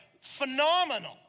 phenomenal